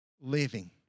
living